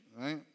right